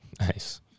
Nice